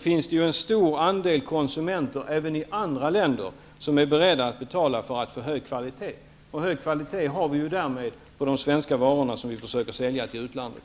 finns det en stor andel konsumenter även i andra länder som är beredda att betala för att få hög kvalitet. Hög kvalitet har vi ju därmed på de svenska varor som vi försöker sälja till utlandet.